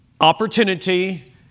opportunity